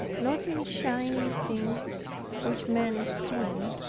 not in shining things which men esteem.